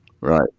Right